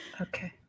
Okay